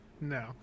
No